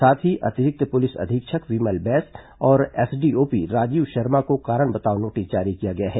साथ ही अतिरिक्त पुलिस अधीक्षक विमल बैस और एसडीओपी राजीव शर्मा को कारण बताओ नोटिस जारी किया है